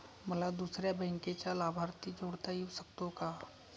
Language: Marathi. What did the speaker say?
मला दुसऱ्या बँकेचा लाभार्थी जोडता येऊ शकतो का?